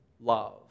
love